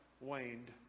waned